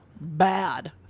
bad